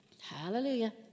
Hallelujah